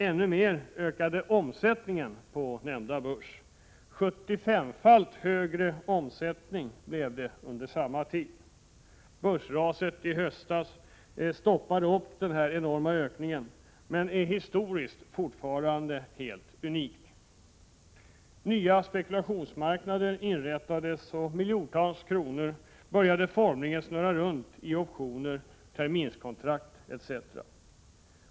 Ännu mer ökade omsättningen på börsen, till en 75 gånger högre nivå under samma tid. Börsraset i höstas stoppade denna enorma ökning, men den är historiskt fortfarande helt unik. Nya spekulationsmarknader inrättades, och miljardtals kronor började formligen snurra runt i optioner, terminskontrakt etc.